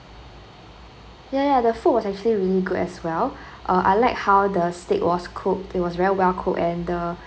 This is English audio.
ya ya the food was actually really good as well uh I like how the steak was cooked it was very well cooked and the